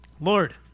Lord